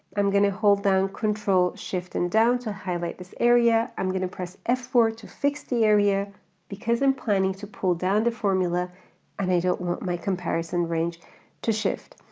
i'm gonna hold down control shift and down to highlight this area, i'm gonna press f four to fix the area because i'm planning to pull down the formula and i don't want my comparison range to shift.